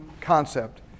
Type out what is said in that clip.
concept